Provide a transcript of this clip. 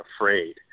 afraid